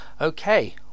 Okay